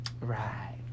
Right